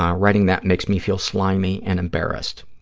um writing that makes me feel slimy and embarrassed.